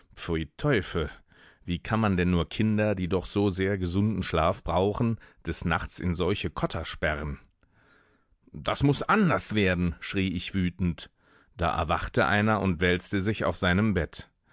teufel wie kann man denn nur kinder die doch so sehr gesunden schlaf brauchen des nachts in solche kotter sperren das muß anders werden schrie ich wütend da erwachte einer und wälzte sich auf seinem bett